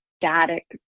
static